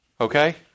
Okay